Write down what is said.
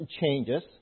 changes